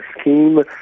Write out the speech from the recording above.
scheme